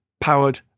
powered